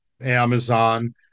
Amazon